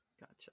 Gotcha